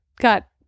got